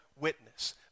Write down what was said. witness